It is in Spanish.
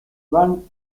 van